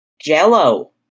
jello